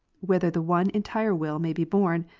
whither the one entire will may be borne,